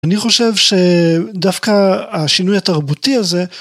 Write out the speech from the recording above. אני חושב שדווקא השינוי התרבותי הזה